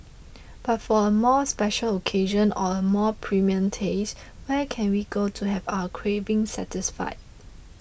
but for a more special occasion or a more premium taste where can we go to have our craving satisfied